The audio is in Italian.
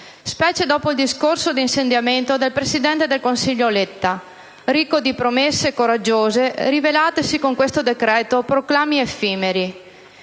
specie dopo il discorso di insediamento dei presidente del Consiglio Letta, ricco di promesse coraggiose rivelatesi con questo decreto proclami effimeri.